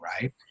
right